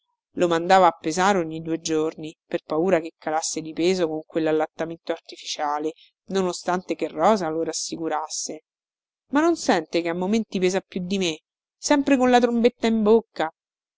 lo mandava a pesare ogni due giorni per paura che calasse di peso con quellallattamento artificiale non ostante che rosa lo rassicurasse ma non sente che a momenti pesa più di me sempre con la trombetta in bocca